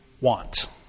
want